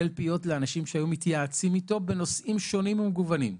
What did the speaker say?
תלפיות לאנשים שהיו מתייעצים איתו בנושאים שונים ומגוונים.